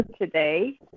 today